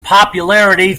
popularity